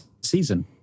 season